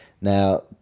now